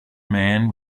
man